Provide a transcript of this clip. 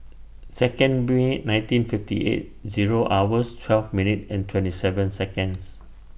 Second May nineteen fifty eight Zero hours twelve minutes and twenty seven Seconds